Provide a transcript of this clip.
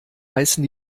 heißen